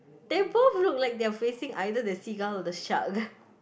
they both look like they are facing either the seagull or the shark